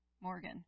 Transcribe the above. Morgan